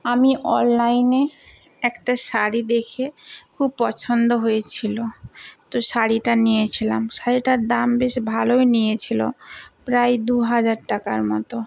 আমি অনলাইনে একটা শাড়ি দেখে খুব পছন্দ হয়েছিল তো শাড়িটা নিয়েছিলাম শাড়িটার দাম বেশ ভালোই নিয়েছিল প্রায় দুহাজার টাকার মতো